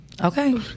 Okay